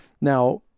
Now